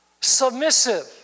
submissive